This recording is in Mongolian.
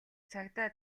цагдаа